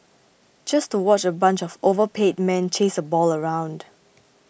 just to watch a bunch of overpaid men chase a ball around